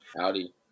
howdy